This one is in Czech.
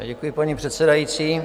Děkuji, paní předsedající.